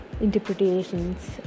interpretations